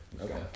Okay